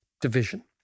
division